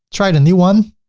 try the new one.